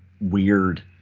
weird